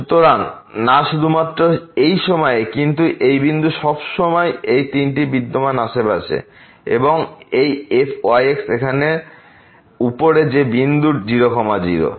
সুতরাং না শুধুমাত্র এই সময়ে কিন্তু এই বিন্দু সব এই তিনটি বিদ্যমান আশেপাশে এবং এই fyxএখানে উপরে যে বিন্দু 0 0